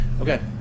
Okay